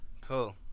Cool